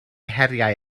heriau